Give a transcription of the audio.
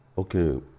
Okay